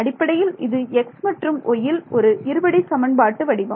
அடிப்படையில் இது x மற்றும் yயில் ஒரு இரு படி சமன்பாட்டு வடிவம்